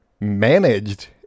managed